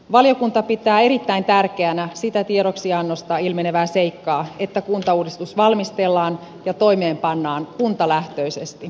valiokunta pitää erittäin tärkeänä sitä tiedoksiannosta ilmenevää seikkaa että kuntauudistus valmistellaan ja toimeenpannaan kuntalähtöisesti